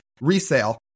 resale